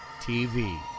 TV